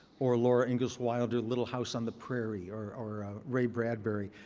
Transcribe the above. or laura ingalls wilder's little house on the prairie. or or ray bradbury.